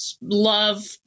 love